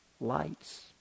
Lights